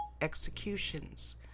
executions